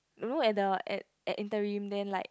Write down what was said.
you look at the at interim then like